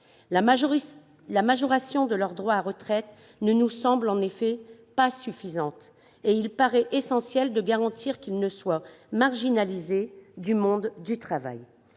La majoration de leurs droits à retraite ne nous semble en effet pas suffisante, et il paraît essentiel de garantir qu'ils ne soient pas marginalisés du monde du travail.